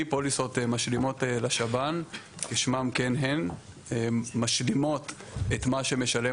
פוליסות משלימות לשב"ן כשמן כן הן - הן משלימות את מה שמשלם